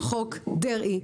"חוק דרעי",